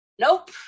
nope